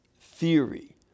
theory